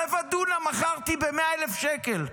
רבע דונם מכרתי ב-100,000 שקל.